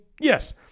Yes